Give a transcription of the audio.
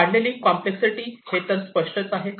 वाढलेली कॉम्प्लेक्ससिटी हे तर स्पष्टच आहे